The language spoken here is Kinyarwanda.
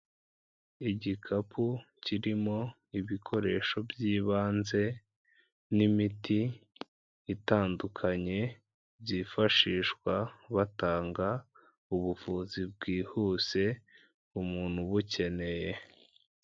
Igikapu kirimo ibikoresho by'ibanze n'imiti itandukanye byifashishwa batanga ubuvuzi bwihuse umuntu ubukeneye.